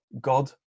God